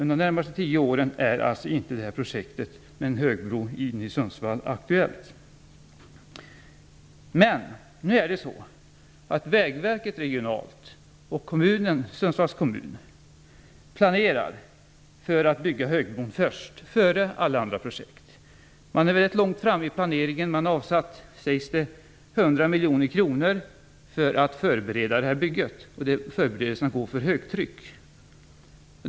Det måste därför tolkas så, att projektet med en högbro inne i staden Sundsvall inte är aktuellt under de närmaste tio åren. Vägverket regionalt och Sundsvalls kommun planerar emellertid för att bygga högbron. Den går före alla andra projekt. Man är nog rätt långt framme i planeringen. Det sägs att man har avsatt 100 miljoner kronor till förberedelser av det här bygget. Det går för högtryck när det gäller förberedelserna.